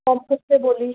কম করতে বলিস